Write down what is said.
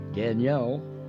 Danielle